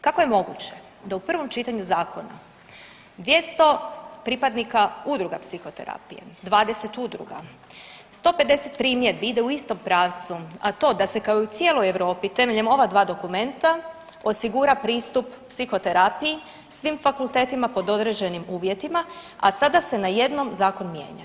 Kako je moguće da u prvom čitanju zakona 200 pripadnika udruga psihoterapije, 20 udruga, 150 primjedbi ide u istom pravcu, a to da se kao i u cijeloj Europi temeljem ova dva dokumenta osigura pristup psihoterapiji i svim fakultetima pod određenim uvjetima, a sada se najednom zakon mijenja.